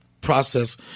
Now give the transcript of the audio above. process